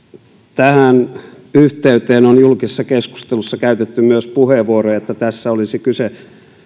tähän yhteyteen on julkisessa keskustelussa käytetty myös puheenvuoroja että tässä olisi kyse